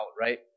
right